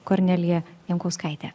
kornelija jankauskaitė